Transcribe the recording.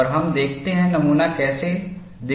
और हम देखते हैं नमूना कैसा दिखता है